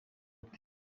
bute